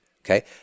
Okay